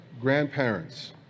grandparents